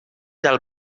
del